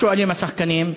שואלים השחקנים,